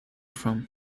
from